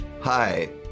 Hi